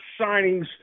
signings